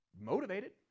motivated